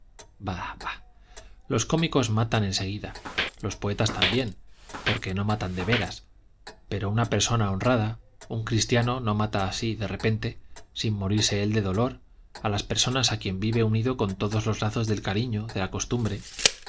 bah bah los cómicos matan en seguida los poetas también porque no matan de veras pero una persona honrada un cristiano no mata así de repente sin morirse él de dolor a las personas a quien vive unido con todos los lazos del cariño de la costumbre